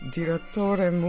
direttore